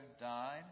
died